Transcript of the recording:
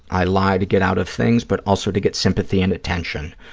i lie to get out of things but also to get sympathy and attention.